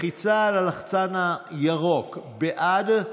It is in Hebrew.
לחיצה על הלחצן הירוק, בעד,